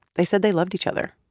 they said they loved each other